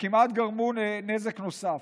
שכמעט גרמה לנזק נוסף.